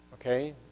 okay